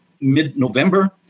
mid-November